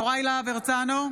יוראי להב הרצנו,